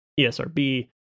ESRB